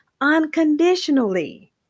unconditionally